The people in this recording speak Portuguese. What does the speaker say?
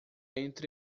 entre